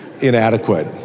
inadequate